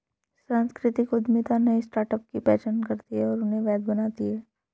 सांस्कृतिक उद्यमिता नए स्टार्टअप की पहचान करती है और उन्हें वैध बनाती है